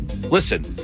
Listen